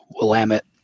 Willamette